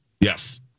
Yes